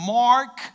mark